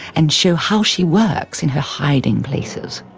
and show how she works in her hiding places.